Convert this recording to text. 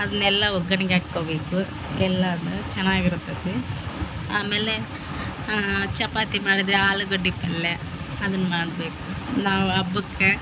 ಅದ್ನೆಲ್ಲ ಒಗ್ಗಣ್ಗ್ಯಾ ಹಾಕೋಬೇಕು ಎಲ್ಲಾದ್ನ ಚೆನ್ನಾಗಿ ಇರುತತೆ ಆಮೇಲೆ ಚಪಾತಿ ಮಾಡಿದರೆ ಆಲುಗಡ್ಡಿ ಪಲ್ಯ ಅದನ್ನ ಮಾಡಬೇಕು ನಾವು ಹಬ್ಬಕ್ಕೆ